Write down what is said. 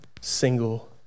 single